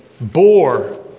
bore